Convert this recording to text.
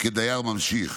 כדייר ממשיך